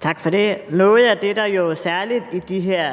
Tak for det. Noget af det, der særligt i de